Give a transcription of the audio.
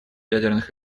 ядерных